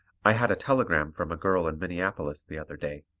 i had a telegram from a girl in minneapolis the other day.